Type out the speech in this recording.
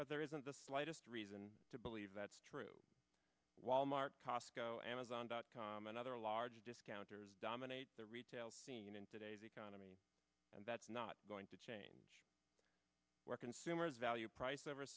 but there isn't the slightest reason to believe that's true wal mart costco amazon dot com and other large discounters dominate the retail scene in today's economy and that's not going to change where consumers value price over